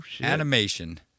animation